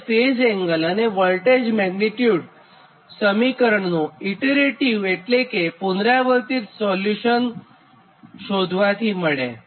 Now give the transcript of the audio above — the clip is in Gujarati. અને ફેઝ એંગલ અને વોલ્ટેજ મેગ્નીટ્યુડ સમીકરણનું ઇટરેટીવ એટલે કે પુનરાવર્તિત રીતે શોધવાથી મળે